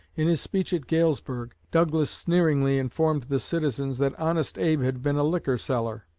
in his speech at galesburg, douglas sneeringly informed the citizens that honest abe had been a liquor-seller.